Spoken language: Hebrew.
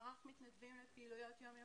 מערך מתנדבים לפעילויות יום יומיות,